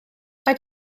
mae